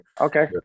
Okay